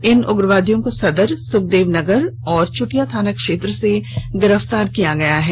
इन उग्रवादियों को सदर सुखदेव नगर और चुटिया थाना क्षेत्र से गिरफ्तार किया गया है